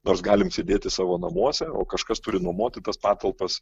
nors galim sėdėti savo namuose o kažkas turi nuomoti tas patalpas